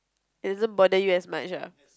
it doesn't bother you as much lah